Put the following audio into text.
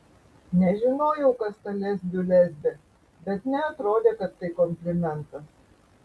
nežinojau kas ta lesbių lesbė bet neatrodė kad tai komplimentas